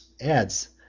adds